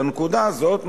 לנקודה הזאת,